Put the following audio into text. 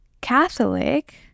Catholic